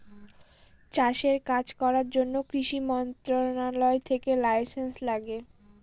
চাষের কাজ করার জন্য কৃষি মন্ত্রণালয় থেকে লাইসেন্স লাগে